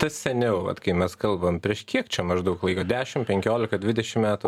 tas seniau vat kai mes kalbam prieš kiek čia maždaug laiko dešim penkiolika dvidešim metų